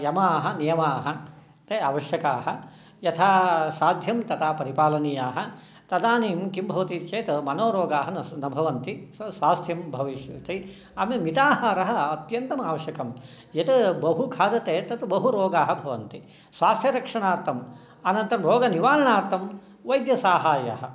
यमाः नियमाः ते आवश्यकाः यथा साध्यं तथा परिपालनीयाः तदानीं किं भवति चेत् मनोरोगाः न भवन्ति स्वास्थ्यं भविष्यति अमी मिताहाराः अत्यन्तम् आवश्यकं यत् बहु खादति तत् बहुरोगाः भवन्ति स्वास्थ्यरक्षणार्थम् अनन्तरं रोगनिवारणार्थं वैद्यसहायः